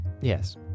yes